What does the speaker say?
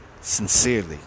Sincerely